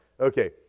Okay